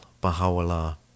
Baha'u'llah